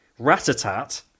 Ratatat